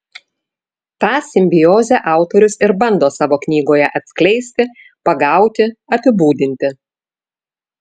tą simbiozę autorius ir bando savo knygoje atskleisti pagauti apibūdinti